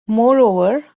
moreover